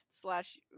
slash